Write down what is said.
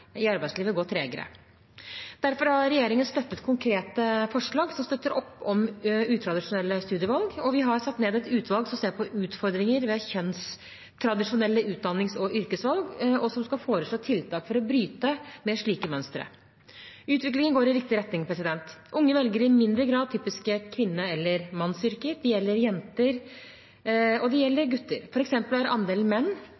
i arbeidslivet gå tregere. Derfor har regjeringen støttet konkrete forslag som støtter opp om utradisjonelle studievalg, og vi har satt ned et utvalg som ser på utfordringer ved kjønnstradisjonelle utdannings- og yrkesvalg, og som skal foreslå tiltak for å bryte med slike mønstre. Utviklingen går i riktig retning. Unge velger i mindre grad typiske kvinne- eller mannsyrker. Det gjelder jenter, og det gjelder gutter. For eksempel har andelen menn